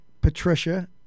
Patricia